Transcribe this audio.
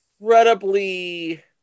incredibly